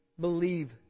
believe